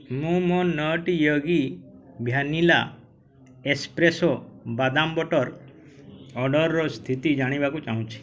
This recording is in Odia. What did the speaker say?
ମୁଁ ମୋ ନଟି ୟୋଗୀ ଭ୍ୟାନିଲା ଏସ୍ପ୍ରେସୋ ବାଦାମ ବଟର୍ ଅର୍ଡ଼ର୍ର ସ୍ଥିତି ଜାଣିବାକୁ ଚାହୁଁଛି